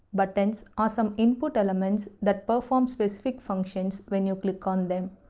buttons or some input elements that perform specific functions when you click on them.